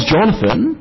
Jonathan